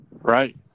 Right